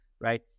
right